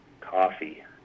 Coffee